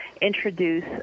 introduce